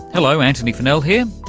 hello antony funnell here,